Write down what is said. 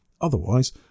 Otherwise